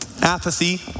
apathy